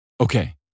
Okay